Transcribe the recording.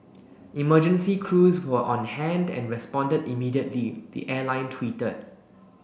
emergency crews were on hand and responded immediately the airline tweeted